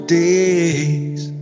days